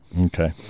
Okay